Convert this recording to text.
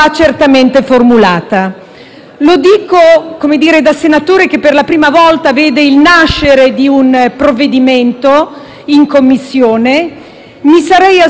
formulata. Parlando da senatore che per la prima volta vede il nascere di un provvedimento in Commissione: mi sarei aspettata uno